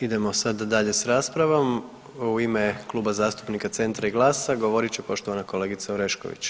Idemo sada dalje sa raspravom, u ime Kluba zastupnika Centra i GLAS-a govorit će poštovana kolegica Orešković.